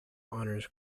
honours